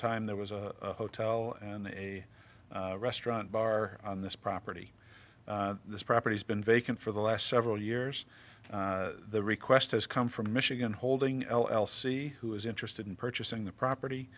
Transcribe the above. time there was a hotel and a restaurant bar on this property this property has been vacant for the last several years the request has come from michigan holding l l c who is interested in purchasing the property